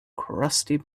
crusty